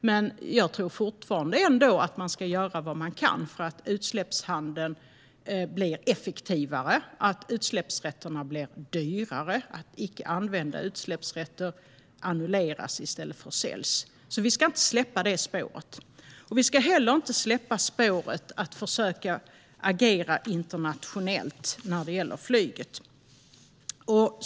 Men jag tror fortfarande att man ska göra vad man kan så att utsläppshandeln blir effektivare, så att utsläppsrätterna blir dyrare och så att icke använda utsläppsrätter annulleras i stället för säljs. Vi ska inte släppa det spåret. Vi ska heller inte släppa spåret att försöka agera internationellt när det gäller flyget.